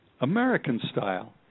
American-style